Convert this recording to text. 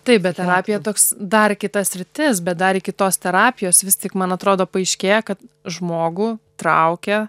taip bet terapija toks dar kita sritis bet dar iki tos terapijos vis tik man atrodo paaiškėja kad žmogų traukia